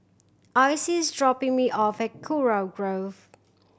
Icy is dropping me off at Kurau Grove